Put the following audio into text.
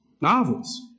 novels